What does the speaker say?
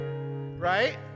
right